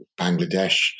Bangladesh